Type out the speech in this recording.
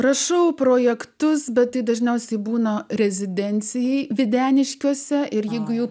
prašau projektus bet dažniausiai būna rezidencijai videniškiuose ir jeigu jų